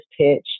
pitch